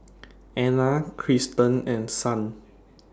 Anna Kristan and Son